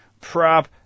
prop